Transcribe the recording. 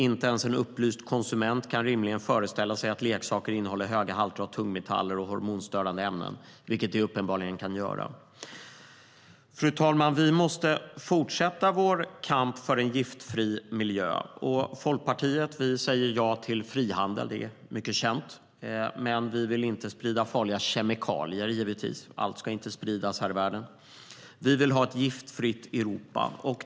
Inte ens en upplyst konsument kan rimligen föreställa sig att leksaker innehåller höga halter av tungmetaller och hormonstörande ämnen, vilket de uppenbarligen kan göra. Fru talman! Vi måste fortsätta vår kamp för en giftfri miljö. Folkpartiet säger ja till frihandel, vilket är väl känt, men vi vill inte sprida farliga kemikalier. Allt här i världen ska inte spridas. Vi vill ha ett giftfritt Europa.